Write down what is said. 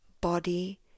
body